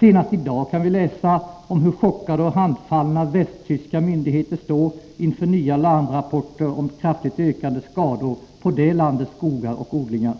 Senast i dag kan vi läsa om hur chockade och handfallna västtyska myndigheter står inför nya larmrapporter om kraftigt ökande skador på landets skogar och odlingar.